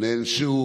נענשו